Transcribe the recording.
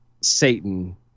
Satan